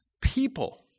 people